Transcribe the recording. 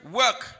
work